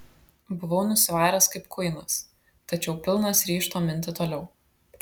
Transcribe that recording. buvau nusivaręs kaip kuinas tačiau pilnas ryžto minti toliau